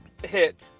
Hit